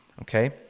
Okay